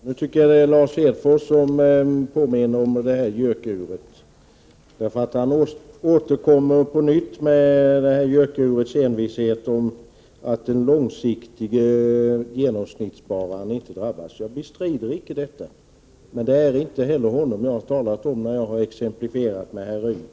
Herr talman! Nu tycker jag att det är Lars Hedfors som påminner om ett gökur. Han återkommer med ett gökurs envishet till att den som sparar i aktier på lång sikt inte drabbas. Jag bestrider icke detta. Men det är icke heller denna typ av sparare jag har talat om när jag har tagit exemplen med herr Y.